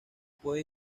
puede